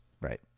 right